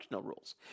rules